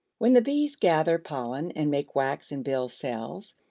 when the bees gather pollen and make wax and build cells,